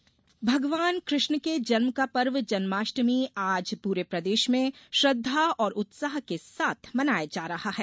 जन्माष्टमी भगवान कृष्ण के जन्म का पर्व जन्माष्टमी आज पूरे प्रदेश में श्रद्धा और उत्साह के साथ मनाया जा रहा है